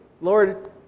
Lord